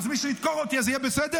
אז מישהו ידקור אותי, אז זה יהיה בסדר?